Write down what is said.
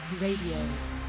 Radio